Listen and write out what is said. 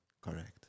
correct